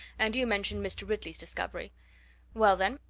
and you mentioned mr. ridley's discovery well, then,